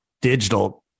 digital